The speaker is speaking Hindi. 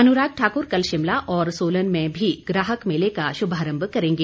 अनुराग ठाकुर कल शिमला और सोलन में भी ग्राहक मेले का शुभारंभ करेंगे